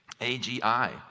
AGI